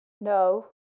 no